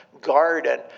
garden